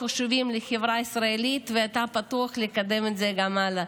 חשובים מאוד לחברה הישראלית ואתה פתוח לקדם את זה גם הלאה.